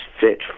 fit